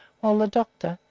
while the doctor,